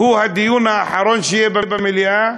הוא הדיון האחרון שיהיה במליאה?